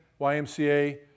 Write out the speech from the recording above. YMCA